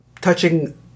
touching